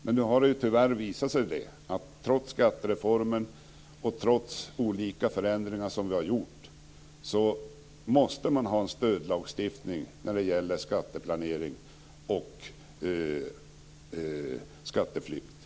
Men nu har det tyvärr visat sig att man trots skattereformen och trots olika förändringar måste ha en stödlagstiftning när det gäller skatteplanering och skatteflykt.